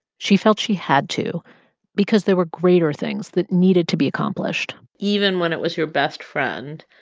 she felt she had to because there were greater things that needed to be accomplished even when it was your best friend,